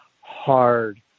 hard